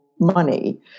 money